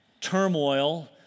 turmoil